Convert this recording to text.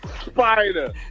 Spider